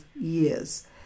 years